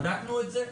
בדקנו את זה?